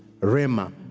Rema